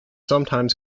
sometimes